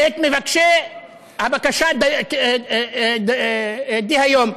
את מבקשי הבקשה דהיום?